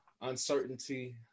uncertainty